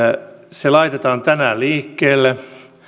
se laitetaan tänään liikkeelle